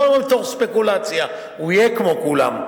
לא בתור ספקולציה והוא יהיה כמו כולם,